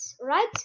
right